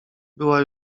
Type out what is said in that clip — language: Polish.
była